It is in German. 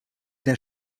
der